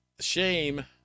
Shame